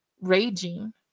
raging